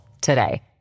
today